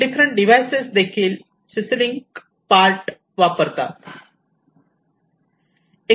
different transmission devices देखील CC link part वापरतात